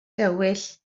dywyll